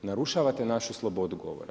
Narušavate našu slobodu govora.